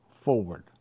forward